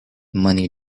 money